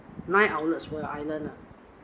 nine outlets for the island uh